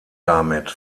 damit